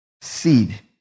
seed